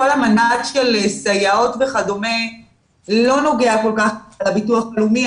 כל עניין סייעות וכד' לא נוגע כל כך לביטוח הלאומי.